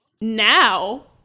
Now